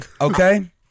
okay